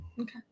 okay